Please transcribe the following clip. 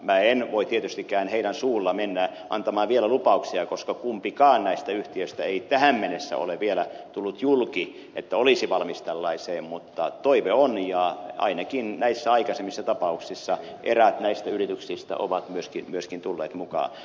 minä en voi tietystikään niiden suulla mennä antamaan vielä lupauksia koska kumpikaan näistä yhtiöistä ei tähän mennessä ole vielä tullut julki että olisi valmis tällaiseen mutta toive on ja ainakin näissä aikaisemmissa tapauksissa eräät näistä yrityksistä ovat myöskin tulleet mukaan